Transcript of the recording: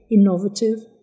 innovative